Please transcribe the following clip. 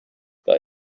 that